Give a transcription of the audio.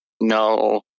No